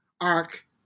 arc